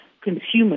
consumers